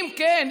כן,